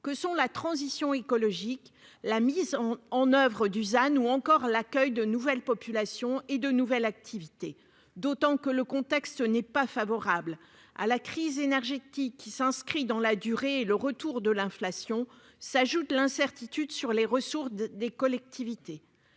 que sont la transition écologique, la mise en oeuvre, Dusan ou encore l'accueil de nouvelles populations et de nouvelles activités, d'autant que le contexte n'est pas favorable à la crise énergétique qui s'inscrit dans la durée et le retour de l'inflation s'ajoute l'incertitude sur les ressources des collectivités,